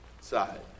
side